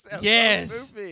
Yes